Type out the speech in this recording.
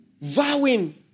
vowing